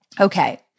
Okay